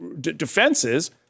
defenses